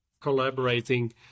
collaborating